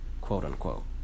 quote-unquote